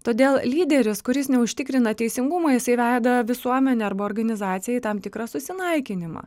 todėl lyderis kuris neužtikrina teisingumo jisai veda visuomenę arba organizaciją į tam tikrą susinaikinimą